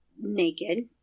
naked